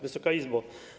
Wysoka Izbo!